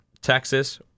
Texas